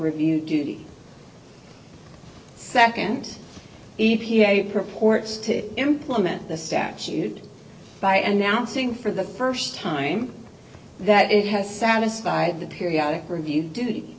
review duty second e p a purports to implement the statute by announcing for the first time that it has satisfied the periodic review dut